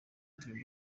dream